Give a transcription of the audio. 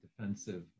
defensive